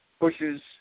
pushes